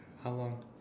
how long